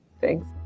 thanks